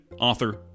author